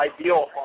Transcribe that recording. ideal